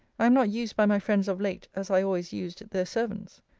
i am not used by my friends of late as i always used their servants.